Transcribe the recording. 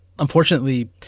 Unfortunately